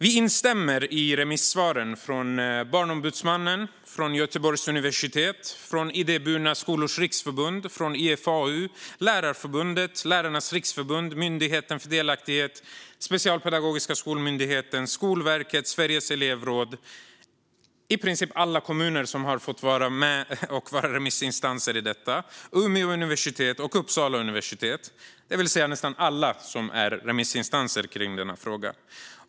Vi instämmer i remissvaren från Barnombudsmannen, Göteborgs universitet, Idéburna skolors riksförbund, IFAU, Lärarförbundet, Lärarnas Riksförbund, Myndigheten för delaktighet, Specialpedagogiska skolmyndigheten, Skolverket, Sveriges elevråd, i princip alla kommuner som har varit remissinstanser, Umeå universitet och Uppsala universitet, det vill säga nästan alla remissinstanser i denna fråga.